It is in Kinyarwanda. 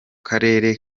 karere